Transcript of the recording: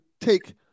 take